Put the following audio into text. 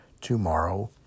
tomorrow